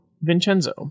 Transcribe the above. Vincenzo